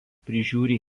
prižiūri